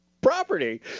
property—